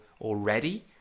already